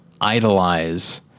idolize